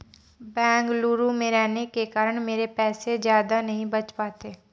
बेंगलुरु में रहने के कारण मेरे पैसे ज्यादा नहीं बच पाते